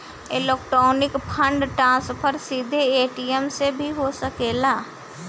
electronic fund transfer सीधे ATM से भी हो सकेला